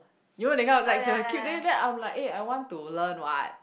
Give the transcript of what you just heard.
you know that kind like she will keep then then I'm like eh I want to learn what